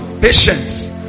patience